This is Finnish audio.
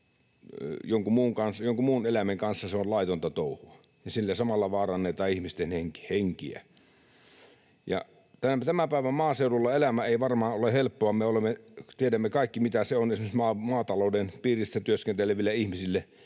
jonkin muun eläimen kanssa on laitonta touhua ja siinä samalla vaarannetaan ihmisten henkiä. Tämän päivän maaseudulla elämä ei varmaan ole helppoa. Me tiedämme kaikki, mitä se on esimerkiksi maatalouden piirissä työskenteleville ihmisille,